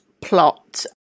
plot